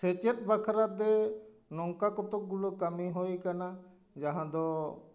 ᱥᱮᱪᱮᱫ ᱵᱟᱠᱷᱟᱨᱟᱛᱮ ᱱᱚᱝᱠᱟ ᱠᱚᱛᱚᱠ ᱜᱩᱞᱳ ᱠᱟᱹᱢᱤ ᱦᱩᱭᱟᱠᱟᱱᱟ ᱡᱟᱦᱟᱸ ᱫᱚ